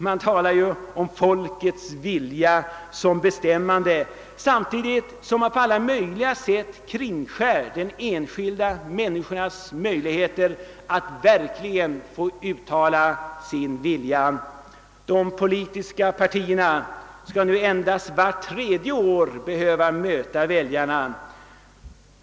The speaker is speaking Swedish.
Man talar om folkets vilja som bestämmande, samtidigt som man på alla tänkbara sätt kringskär de enskilda människornas möjligheter att verkligen få uttala sin vilja. De politiska partierna skall nu endast vart tredje år behöva möta väljarna.